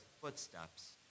footsteps